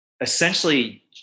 essentially